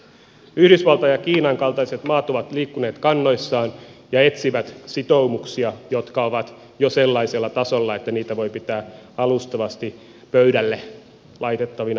yhdysvaltain ja kiinan kaltaiset maat ovat liikkuneet kannoissaan ja etsivät sitoumuksia jotka ovat jo sellaisella tasolla että niitä voi pitää alustavasti pöydälle laitettavina ja uskottavina